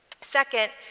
Second